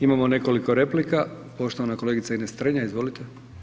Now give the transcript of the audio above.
Imamo nekoliko replika, poštovana kolegica Ines Strenja, izvolite.